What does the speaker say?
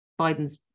Biden's